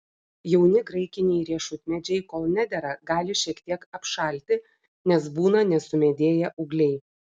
jauni graikiniai riešutmedžiai kol nedera gali šiek tiek apšalti nes būna nesumedėję ūgliai